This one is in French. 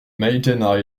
maiden